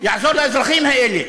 יעזור לאזרחים האלה,